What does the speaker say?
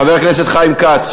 חבר הכנסת כץ,